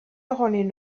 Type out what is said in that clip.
ohonyn